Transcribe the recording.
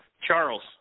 Charles